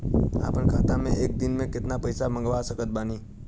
अपना खाता मे एक दिन मे केतना पईसा मँगवा सकत बानी?